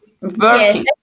working